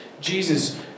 Jesus